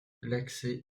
l’accès